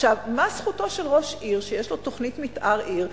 מה זכותו של ראש עיר, שיש לו תוכנית מיתאר עיר?